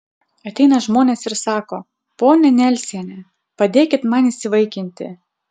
ateina žmonės ir sako ponia nelsiene padėkit man įsivaikinti